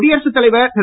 குடியரசுத் தலைவர் திரு